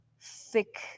thick